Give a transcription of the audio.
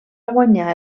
guanyar